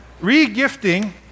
re-gifting